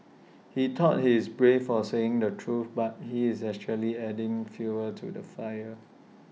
he thought he's brave for saying the truth but he is actually just adding fuel to the fire